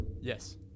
Yes